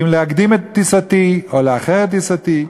אם להקדים את טיסתי או לאחר את טיסתי.